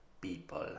people